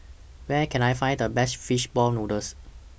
Where Can I Find The Best Fish Ball Noodles